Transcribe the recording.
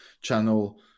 channel